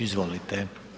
Izvolite.